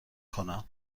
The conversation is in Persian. کنم